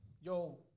yo